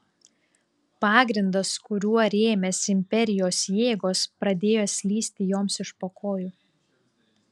pagrindas kuriuo rėmėsi imperijos jėgos pradėjo slysti joms iš po kojų